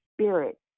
spirit